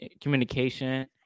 communication